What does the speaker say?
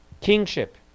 kingship